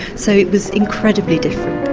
so it was incredibly different.